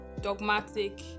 dogmatic